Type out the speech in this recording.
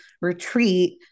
retreat